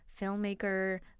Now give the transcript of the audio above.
filmmaker